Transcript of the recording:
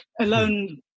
alone